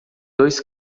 dois